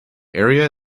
area